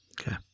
Okay